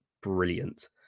brilliant